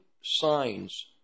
signs